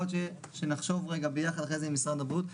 יכול להיות שנחשוב ביחד עם משרד הבריאות.